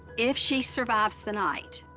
if she survives the night,